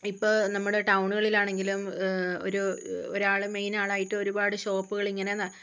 ഇപ്പോൾ നമ്മുടെ ടൗണുകളിലാണെങ്കിലും ഒരു ഒരാൾ മെയിനാളായിട്ട് ഒരുപാട് ഷോപ്പുകളിങ്ങനെ